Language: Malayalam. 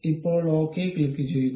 ഇപ്പോൾ ഓക്കേ ക്ലിക്കുചെയ്യുക